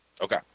Okay